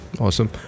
Awesome